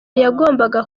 yagombaga